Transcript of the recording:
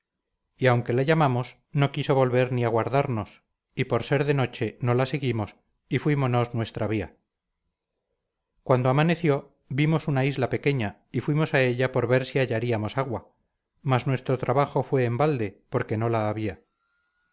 y aunque la llamamos no quiso volver ni aguardarnos y por ser de noche no la seguimos y fuímonos nuestra vía cuando amaneció vimos una isla pequeña y fuimos a ella por ver si hallaríamos agua mas nuestro trabajo fue en balde porque no la había